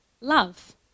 love